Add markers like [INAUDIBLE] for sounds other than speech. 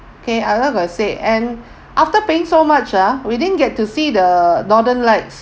okay I would like to say and [BREATH] after paying so much ah we didn't get to see the northern lights